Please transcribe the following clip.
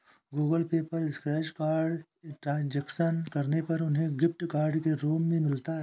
Google Pay पर scratch card transaction करने पर उन्हें गिफ्ट कार्ड के रूप में मिलता है